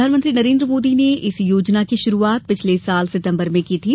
प्रधानमंत्री नरेन्द्र मोदी ने इस योजना की शुरूआत पिछले साल सितम्बर में की थी